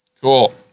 Cool